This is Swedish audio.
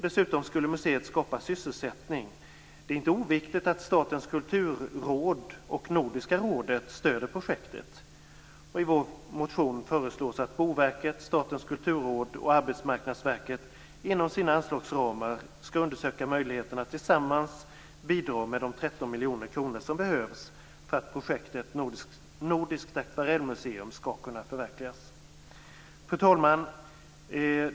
Dessutom skulle museet skapa sysselsättning. Det är inte oviktigt att Statens kulturråd och Nordiska rådet stöder projektet. I vår motion föreslås att Boverket, Statens kulturråd och Arbetsmarknadsverket inom sina anslagsramar skall undersöka möjligheten att tillsammans bidra med de 13 miljoner kronor som behövs för att projektet Nordiskt akvarellmuseum skall kunna förverkligas. Fru talman!